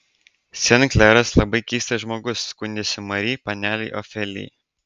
sen kleras labai keistas žmogus skundėsi mari panelei ofelijai